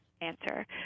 answer